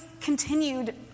continued